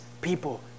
people